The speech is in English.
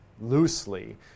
loosely